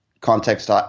context